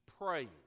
praying